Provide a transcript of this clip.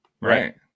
Right